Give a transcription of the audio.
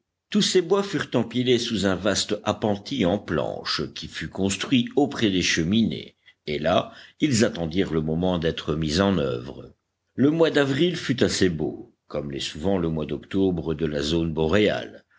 tous ces bois furent empilés sous un vaste appentis en planches qui fut construit auprès des cheminées et là ils attendirent le moment d'être mis en oeuvre le mois d'avril fut assez beau comme l'est souvent le mois d'octobre de la zone boréale